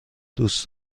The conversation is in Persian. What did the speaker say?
دوست